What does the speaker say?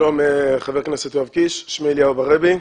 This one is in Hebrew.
שלום חבר הכנסת יואב קיש, שמי אליהו ברבי.